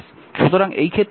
সুতরাং এই ক্ষেত্রেও p 5 4